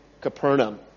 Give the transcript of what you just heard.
Capernaum